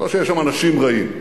לא שיש שם אנשים רעים.